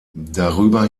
darüber